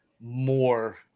more